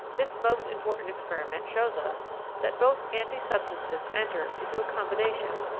this most important experiment shows us that both anti-substances enter into a com bination,